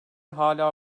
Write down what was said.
hala